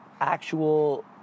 actual